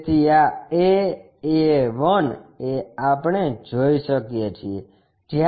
તેથી આ A A 1 એ આપણે જોઈ શકીએ છીએ